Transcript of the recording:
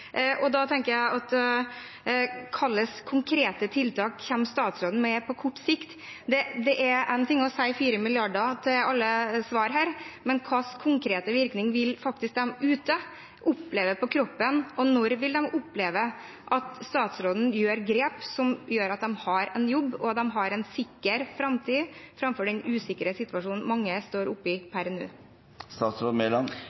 Hvilke konkrete tiltak kommer statsråden med på kort sikt? Én ting er å svare «4 mrd. kr» på alle spørsmål her, men hva slags konkret virkning vil de som er der ute, oppleve på kroppen, og når vil de oppleve at statsråden gjør grep som gjør at de har en jobb og en sikker framtid, framfor den usikre situasjonen mange står